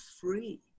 free